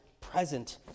present